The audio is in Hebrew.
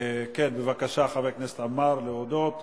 בבקשה, חבר הכנסת עמאר, להודות.